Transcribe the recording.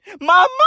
mama